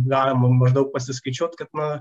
galima maždaug pasiskaičiuot kad na